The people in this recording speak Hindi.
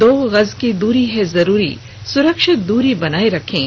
दो गज की दूरी है जरूरी सुरक्षित दूरी बनाए रखें